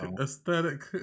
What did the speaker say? aesthetic